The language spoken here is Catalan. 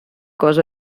cos